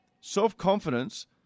Self-confidence